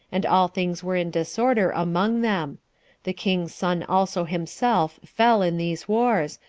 and all things were in disorder among them the king's son also himself fell in these wars,